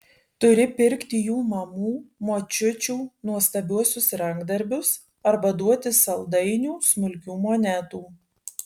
turi pirkti jų mamų močiučių nuostabiuosius rankdarbius arba duoti saldainių smulkių monetų